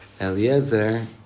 Eliezer